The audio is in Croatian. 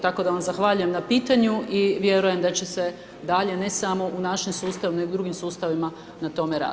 Tako da vam zahvaljujem na pitanju i vjerujem da će se dalje, ne samo u našem sustavu, nego i u drugim sustavima na tome